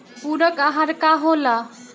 पुरक अहार का होला?